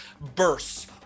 bursts